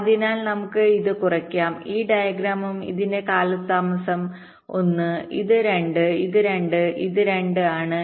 അതിനാൽ നമുക്ക് ഇത് കുറയ്ക്കാം ഈ ഡയഗ്രാമും ഇതിന്റെ കാലതാമസം 1 ഇത് 2 ഇത് 2 ഇത് 2 ആണ്